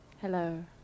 hello